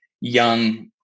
young